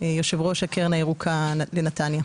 יושב-ראש הקרן הירוקה בנתניה.